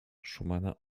szumana